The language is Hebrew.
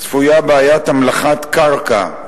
צפויה בעיית המלחת קרקע,